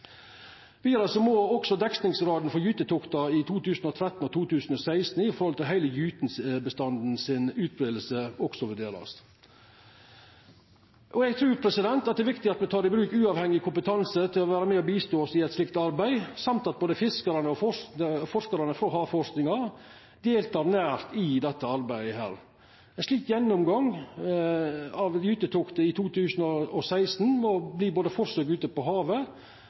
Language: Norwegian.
Vidare må også dekningsgraden for gytetokta i 2015 og 2016 når det gjeld utbreiinga til heile gytebestanden, vurderast. Eg trur det er viktig at me tek i bruk uavhengig kompetanse som kan vere med og hjelpa oss i eit sånt arbeid, og at både fiskarane og forskarane frå Havforskingsinstituttet deltek nært i dette arbeidet. Ein slik gjennomgang av gytetoktet i 2016 må omfatta forsøk ute på havet